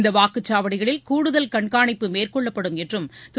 இந்த வாக்குச்சாவடிகளில் கூடுதல் கண்காணிப்பு மேற்கொள்ளப்படும் என்றும் திரு